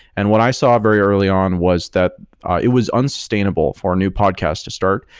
and what i saw very early on was that it was unsustainable for new podcasts to start,